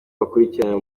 bakurikirana